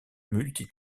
multi